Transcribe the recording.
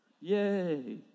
Yay